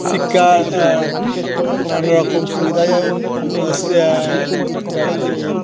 শিক্ষা আর নানা রকম সুবিধা যেমন সে এটাকে